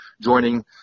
joining